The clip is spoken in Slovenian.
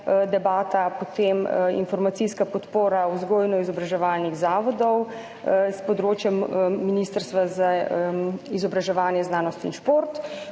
debata, potem informacijska podpora vzgojno-izobraževalnih zavodov s področja Ministrstva za izobraževanje, znanost in šport,